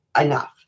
enough